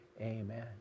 amen